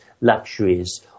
luxuries